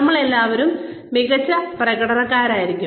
നമ്മളെല്ലാവരും മികച്ച പ്രകടനക്കാരായിരിക്കാം